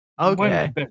Okay